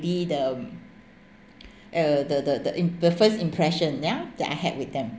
~dy the uh the the the im~ the first impression yeah that I had with them